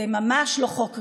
זה ממש לא חוק גרוע,